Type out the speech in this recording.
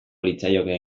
litzaioke